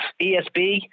ESB